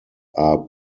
are